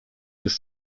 już